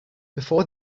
before